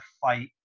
fight